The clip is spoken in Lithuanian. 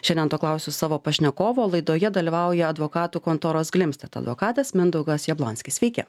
šiandien to klausiu savo pašnekovo laidoje dalyvauja advokatų kontoros glimstedt advokatas mindaugas jablonskis sveiki